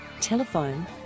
Telephone